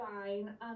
fine